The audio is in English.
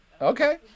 okay